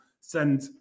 send